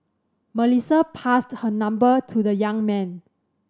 Melissa passed her number to the young man